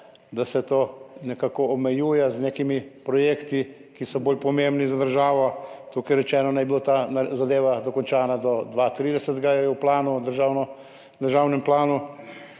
da se to nekako omejuje z nekimi projekti, ki so bolj pomembni za državo. Tukaj je rečeno, da naj bi bila ta zadeva dokončana do leta 2030, to je v državnem planu.